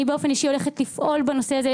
אני באופן אישי הולכת לפעול בנושא הזה.